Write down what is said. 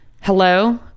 Hello